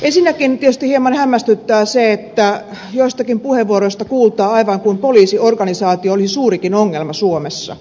ensinnäkin tietysti hieman hämmästyttää se että joistakin puheenvuoroista kuultaa aivan kuin poliisiorganisaatio olisi suurikin ongelma suomessa